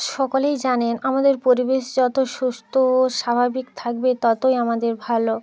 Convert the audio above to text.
সকলেই জানেন আমাদের পরিবেশ যত সুস্থ ও স্বাভাবিক থাকবে ততই আমাদের ভালো